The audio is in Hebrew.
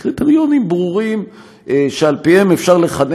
קריטריונים ברורים שעל פיהם אפשר לכנס